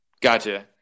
Gotcha